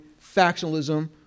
factionalism